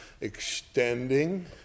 extending